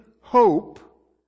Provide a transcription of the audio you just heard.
hope